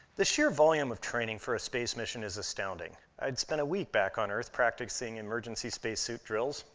the sheer volume of training for a space mission is astounding. i'd spent a week back on earth practicing emergency space suit drills.